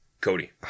Cody